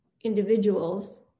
individuals